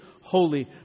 holy